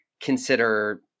consider